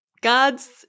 God's